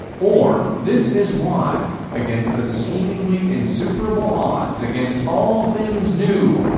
or this is why, against the seemingly insuperable odds against all things new,